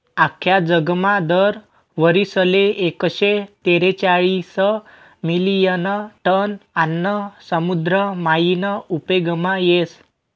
आख्खा जगमा दर वरीसले एकशे तेरेचायीस मिलियन टन आन्न समुद्र मायीन उपेगमा येस